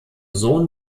sohn